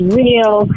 real